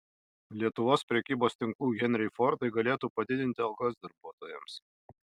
lietuvos prekybos tinklų henriai fordai galėtų padidinti algas darbuotojams